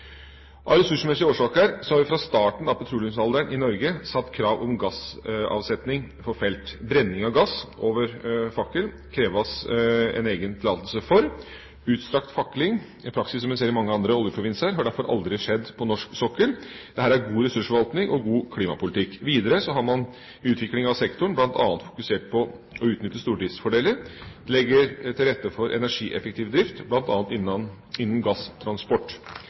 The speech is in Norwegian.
Av ressursmessige årsaker har vi fra starten av petroleumsalderen i Norge satt krav om gassavsetning for felt. Brenning av gass over fakkel kreves det en egen tillatelse for. Utstrakt fakling – en praksis en ser i mange andre oljeprovinser – har derfor aldri skjedd på norsk sokkel. Dette er god ressursforvaltning og god klimapolitikk. Videre har man i utviklingen av sektoren bl.a. fokusert på å utnytte stordriftsfordeler. Det legger til rette for energieffektiv drift, bl.a. innenfor gasstransport.